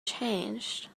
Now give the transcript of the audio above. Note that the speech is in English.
changed